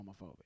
homophobic